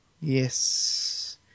Yes